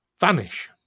vanish